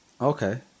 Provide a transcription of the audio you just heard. Okay